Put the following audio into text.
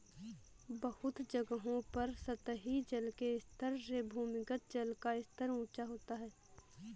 बहुत जगहों पर सतही जल के स्तर से भूमिगत जल का स्तर ऊँचा होता है